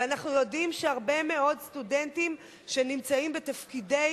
ואנחנו יודעים שהרבה מאוד סטודנטים שנמצאים בתפקידי